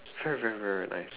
very very very nice